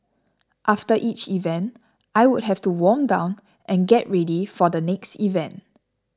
after each event I would have to warm down and get ready for the next event